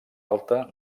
alta